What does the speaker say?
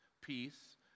peace